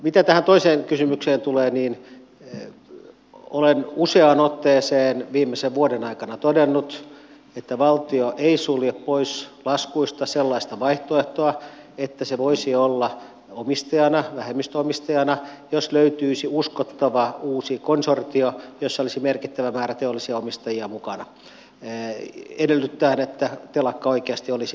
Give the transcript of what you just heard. mitä tähän toiseen kysymykseen tulee niin olen useaan otteeseen viimeisen vuoden aikana todennut että valtio ei sulje pois laskuista sellaista vaihtoehtoa että se voisi olla omistajana vähemmistöomistajana jos löytyisi uskottava uusi konsortio jossa olisi merkittävä määrä teollisia omistajia mukana edellyttäen että telakka oikeasti olisi myynnissä